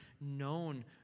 known